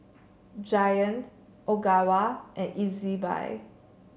Giant Ogawa and Ezbuy